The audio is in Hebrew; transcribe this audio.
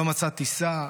לא מצא טיסה,